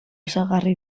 ezaugarri